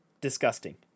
disgusting